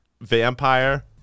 vampire